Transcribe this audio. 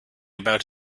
about